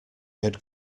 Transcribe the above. had